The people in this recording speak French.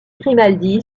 grimaldi